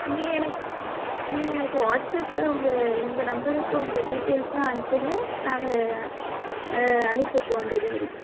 நீங்கள் எனக்கு நீங்கள் எனக்கு வாட்ஸ்அப்பில் உங்கள் இந்த நம்பருக்கு உங்கள் டீடைல்ஸ்லாம் அனுப்புங்க நாங்கள் அனுப்பி விட்ருவோம் டெலிவரி